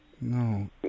No